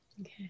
Okay